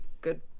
good